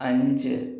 അഞ്ച്